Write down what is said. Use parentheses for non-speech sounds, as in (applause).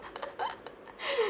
(laughs)